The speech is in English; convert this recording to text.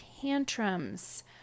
tantrums